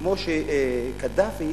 כמו שקדאפי,